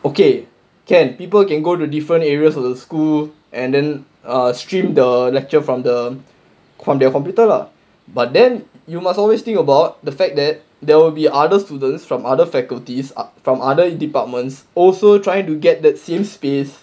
okay can people can go to different areas of the school and then err stream the lecture from the from their computer lah but then you must always think about the fact that there will be other students from other faculties are from other departments also trying to get that same space